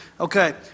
Okay